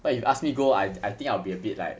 but if you ask me go I I think I will be a bit like